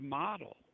model